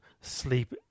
Sleep